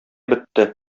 бетте